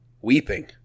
weeping